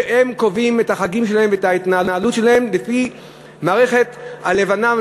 שקובעים את החגים שלהם ואת ההתנהלות שלהם לפי מערכת הלבנה,